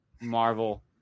marvel